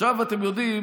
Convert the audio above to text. עכשיו, אתם יודעים,